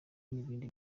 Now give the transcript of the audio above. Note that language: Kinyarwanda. n’ibindi